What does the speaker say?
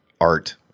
art